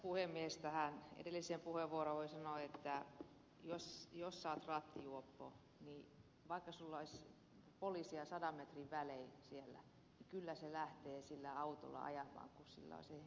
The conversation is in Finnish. tähän edelliseen puheenvuoroon voin sanoa että jos sinä olet rattijuoppo niin vaikka sinulla olisi poliiseja sadan metrin välein siellä niin kyllä sinä lähdet sillä autolla ajamaan kun sinulla on siihen taipumus